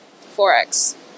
forex